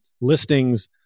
listings